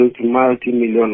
multi-million